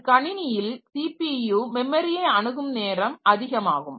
ஒரு கணினியில் சிபியு மெமரியை அணுகும் நேரம் அதிகமாகும்